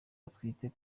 atwite